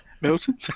Milton